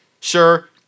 sure